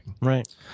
Right